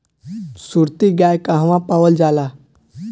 सुरती गाय कहवा पावल जाला?